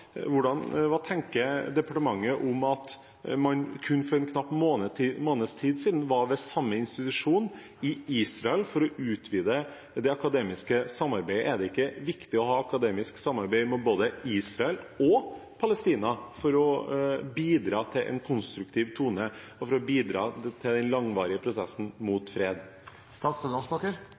hva tenker departementet om at man kun for en knapp måneds tid siden var ved samme institusjon i Israel for å utvide det akademiske samarbeidet: Er det ikke viktig å ha akademisk samarbeid med både Israel og Palestina for å bidra til en konstruktiv tone og for å bidra til den langvarige prosessen mot